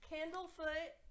Candlefoot